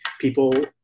people